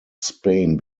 spain